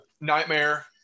Nightmare